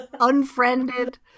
unfriended